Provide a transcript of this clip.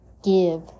give